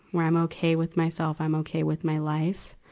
where i'm okay with myself. i'm okay with my life.